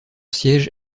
siège